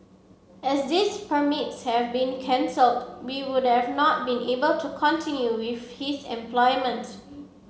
as these permits have been cancelled we would not be able to continue with his employment